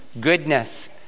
goodness